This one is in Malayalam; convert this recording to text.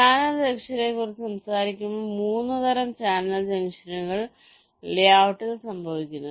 ചാനൽ ജംഗ്ഷനെക്കുറിച്ച് സംസാരിക്കുമ്പോൾ 3 തരം ചാനൽ ജംഗ്ഷനുകൾ ലേഔട്ടിൽ സംഭവിക്കുന്നു